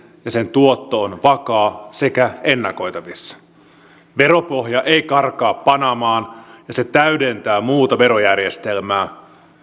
ja sen tuotto on vakaa sekä ennakoitavissa että veropohja ei karkaa panamaan ja se täydentää muuta verojärjestelmää